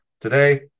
Today